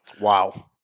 Wow